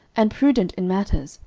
and prudent in matters,